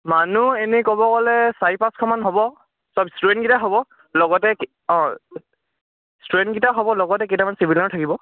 মানুহ এনেই ক'ব গ'লে চাৰি পাঁচশমান হ'ব সব ষ্টুডেণ্টকেইটা হ'ব লগতে কি অঁ ষ্টুডেণ্টকেইটা হ'ব লগতে কেইটামান চিভিলিয়ানো থাকিব